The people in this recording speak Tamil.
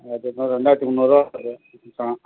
மொத்தத்துக்கும் ரெண்டாயிரத்தி முந்நூற்ருபா வருது